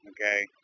okay